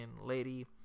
lady